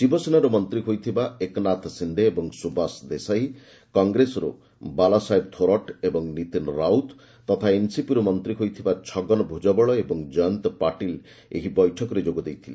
ଶିବସେନାରୁ ମନ୍ତ୍ରୀ ହୋଇଥିବା ଏକ୍ନାଥ ସିନ୍ଧେ ଏବଂ ସୁବାସ ଦେଶାଇ କଂଗ୍ରେସରୁ ବାଲାସାହେବ ଥୋରଟ୍ ଏବଂ ନୀତିନ ରାଉତ୍ ତଥା ଏନ୍ସିପିରୁ ମନ୍ତ୍ରୀ ହୋଇଥିବା ଛଗନ ଭୁଜବଳ ଏବଂ ଜୟନ୍ତ ପାଟିଲ୍ ଏହି ବୈଠକରେ ଯୋଗ ଦେଇଥିଲେ